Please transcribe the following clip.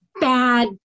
bad